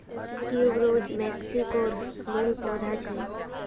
tuberose मेक्सिकोर मूल पौधा छेक